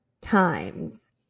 times